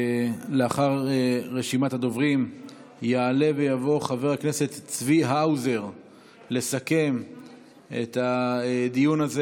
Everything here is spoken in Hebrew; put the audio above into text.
לאחר רשימת הדוברים יעלה ויבוא חבר הכנסת צבי האוזר לסכם את הדיון הזה.